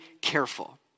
careful